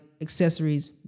accessories